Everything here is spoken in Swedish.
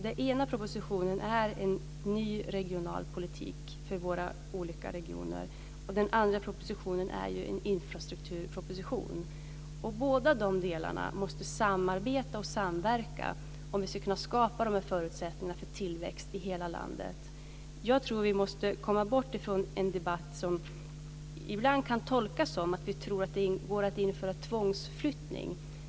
Den ena propositionen innehåller en ny regionalpolitik för våra olika regioner, och den andra propositionen är en infrastrukturproposition. Båda dessa delar måste samarbeta och samverka om vi ska kunna skapa förutsättningar för tillväxt i hela landet. Vi måste komma bort ifrån den debatt som ibland kan tolkas som att det går att införa tvångsförflyttning.